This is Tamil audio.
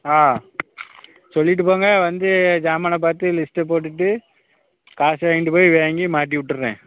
ஆ சொல்லிட்டு போங்க வந்து ஜாமானை பார்த்து லிஸ்ட்டை போட்டுவிட்டு காசு வாங்கிட்டு போய் வாங்கி மாட்டி விட்டுர்றேன்